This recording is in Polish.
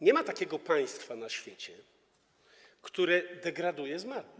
Nie ma takiego państwa na świecie, które degraduje zmarłych.